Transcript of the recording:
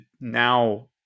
now